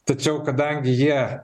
tačiau kadangi jie